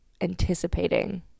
anticipating